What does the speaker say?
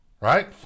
right